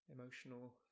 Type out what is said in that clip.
emotional